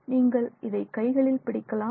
நீங்கள் இதை கைகளில் பிடிக்கலாம்